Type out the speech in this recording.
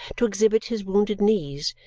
to exhibit his wounded knees,